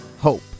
HOPE